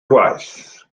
gwaith